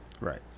Right